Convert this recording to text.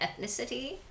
ethnicity